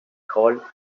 called